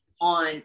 on